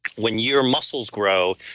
when your muscles grow,